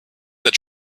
that